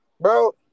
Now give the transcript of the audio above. Bro